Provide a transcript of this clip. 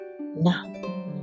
Now